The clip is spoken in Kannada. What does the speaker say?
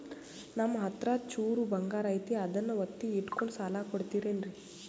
ನಮ್ಮಹತ್ರ ಚೂರು ಬಂಗಾರ ಐತಿ ಅದನ್ನ ಒತ್ತಿ ಇಟ್ಕೊಂಡು ಸಾಲ ಕೊಡ್ತಿರೇನ್ರಿ?